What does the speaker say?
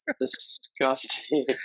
disgusting